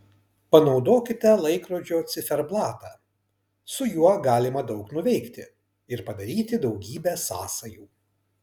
panaudokite laikrodžio ciferblatą su juo galima daug nuveikti ir padaryti daugybę sąsajų